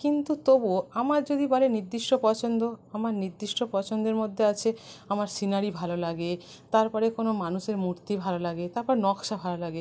কিন্তু তবুও আমার যদি বলে নির্দিষ্ট পছন্দ আমার নির্দিষ্ট পছন্দের মধ্যে আছে আমার সিনারি ভালো লাগে তারপরে কোনো মানুষের মূর্তি ভালো লাগে তারপর নকশা ভালো লাগে